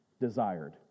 desired